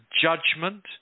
judgment